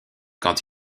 quand